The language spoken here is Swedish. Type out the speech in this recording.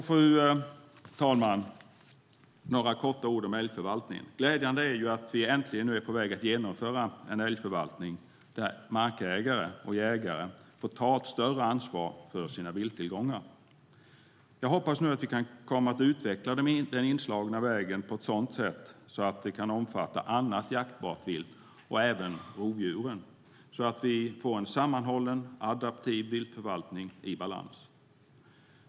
Fru talman! Jag ska säga några korta ord om älgförvaltningen. Glädjande är att vi äntligen är på väg att genomföra en älgförvaltning där markägare och jägare får ta ett större ansvar för sina vilttillgångar. Jag hoppas nu att vi kan fortsätta på den inslagna vägen och utveckla detta på ett sådant sätt att det kan omfatta annat jaktbart vilt, även rovdjuren, så att vi får en sammanhållen, adaptiv viltförvaltning i balans.